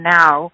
now